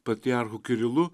patriarchu kirilu